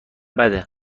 بده